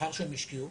לאחר שהשקיעו?